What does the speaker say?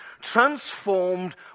transformed